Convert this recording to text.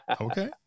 okay